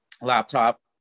laptop